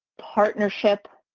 partnership.